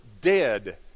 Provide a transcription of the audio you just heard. dead